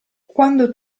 quando